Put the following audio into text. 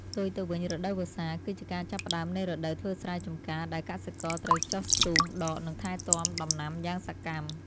ផ្ទុយទៅវិញរដូវវស្សា គឺជាការចាប់ផ្តើមនៃរដូវធ្វើស្រែចម្ការដែលកសិករត្រូវចុះស្ទូងដក និងថែទាំដំណាំយ៉ាងសកម្ម។